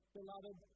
Beloved